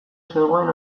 zegoen